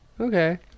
Okay